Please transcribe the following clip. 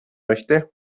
möchte